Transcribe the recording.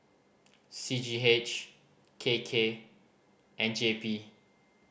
C G H K K and J P